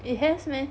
it has meh